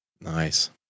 Nice